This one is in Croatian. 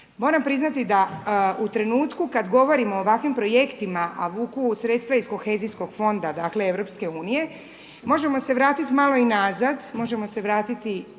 Moram priznati da u trenutku kad govorimo o ovakvim projektima, a vuku sredstva iz kohezijskog fonda dakle EU, možemo se vratiti malo i nazad, možemo se vratiti